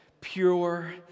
pure